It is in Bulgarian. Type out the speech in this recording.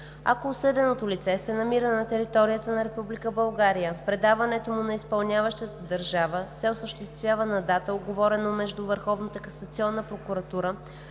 Ако осъденото лице се намира на територията на Република България, предаването му на изпълняващата държава се осъществява на дата, уговорена между Върховната касационна прокуратура